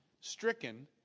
stricken